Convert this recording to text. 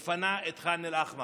מפנה את ח'אן אל-אחמר,